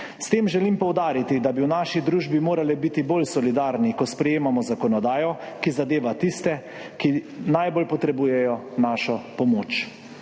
S tem želim poudariti, da bi v naši družbi morali biti bolj solidarni, ko sprejemamo zakonodajo, ki zadeva tiste, ki najbolj potrebujejo našo pomoč.